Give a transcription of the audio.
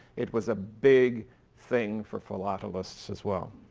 it was a big thing for philatelists as well.